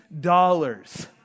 dollars